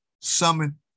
summon